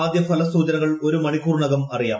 ആദ്യഫലസൂചനകൾ ഒരു മണിക്കൂറിനകം അറിയാം